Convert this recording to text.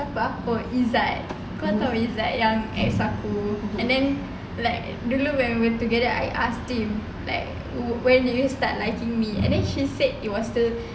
siapa ah oh izzat kau tahu izzat yang ex aku like dulu when we together I ask him like when do you start liking me then she said masa